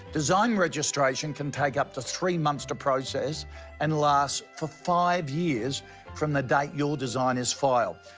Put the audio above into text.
design registration can take up to three months to process and lasts for five years from the date your design is filed.